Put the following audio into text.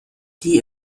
die